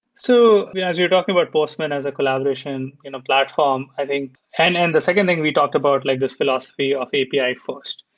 so as we're talking about postman as a collaboration you know platform, i think and and the second thing we talked about, like this philosophy of api first.